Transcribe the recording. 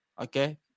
Okay